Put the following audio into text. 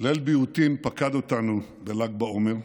ליל ביעותים פקד אותנו בל"ג בעומר,